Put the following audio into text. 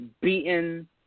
Beaten